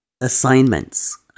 assignments